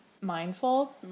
mindful